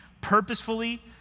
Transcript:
purposefully